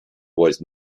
was